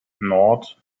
nord